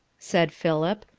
said philip,